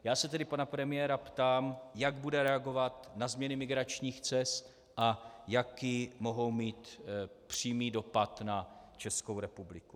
Já se tedy pana premiéra ptám, jak bude reagovat na změny migračních cest a jaký mohou mít přímý dopad na Českou republiku.